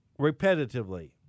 repetitively